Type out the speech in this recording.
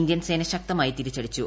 Indian സേന ശക്തമായി തിരിച്ചടിച്ചു